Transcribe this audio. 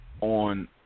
on